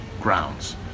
grounds